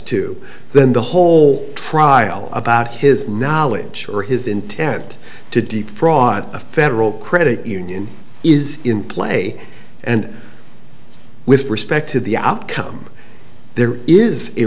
to then the whole trial about his knowledge or his intent to deep fraud a federal credit union is in play and with respect to the outcome there is a